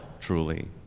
truly